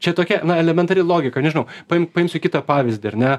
čia tokia na elementari logika nežinau paim paimsiu kitą pavyzdį ar ne